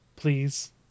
Please